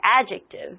adjective